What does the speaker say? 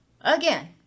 again